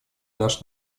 наш